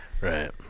right